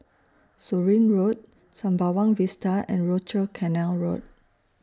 Surin Road Sembawang Vista and Rochor Canal Road